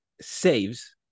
saves